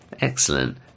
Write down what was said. excellent